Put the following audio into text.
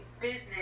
business